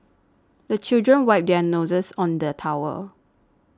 the children wipe their noses on the towel